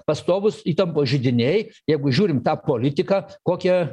pastovūs įtampos židiniai jeigu žiūrim tą politiką kokią